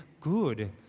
good